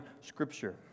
Scripture